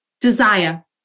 Desire